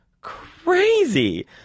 crazy